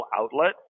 outlet